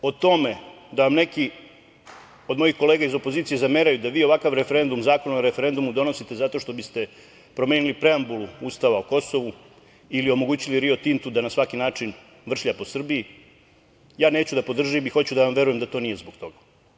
Dakle, ideja o tome da vam neki od mojih kolega iz opozicije zameraju da vi ovakav Zakon o referendumu donosite zato što biste promenili preambulu Ustava o Kosovu ili omogućili „Rio Tintu“ da na svaki način vršlja po Srbiji ja neću da podržim i hoću da vam verujem da to nije zbog toga.